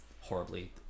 horribly